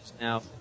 now